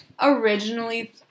originally